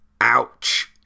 Ouch